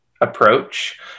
approach